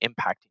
impacting